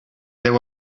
there